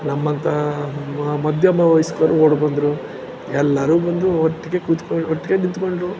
ನಮ್ಮಂಥ ಮಧ್ಯಮ ವಯಸ್ಕರು ಓಡಿ ಬಂದರು ಎಲ್ಲರೂ ಬಂದು ಒಟ್ಟಿಗೆ ಕುತ್ಕೊಂಡು ಒಟ್ಟಿಗೆ ನಿಂತ್ಕೊಂಡರು